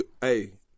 Hey